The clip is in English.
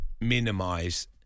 minimize